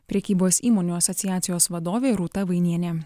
prekybos įmonių asociacijos vadovė rūta vainienė